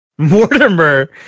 Mortimer